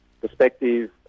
perspective